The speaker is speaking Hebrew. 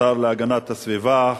השר להגנת הסביבה,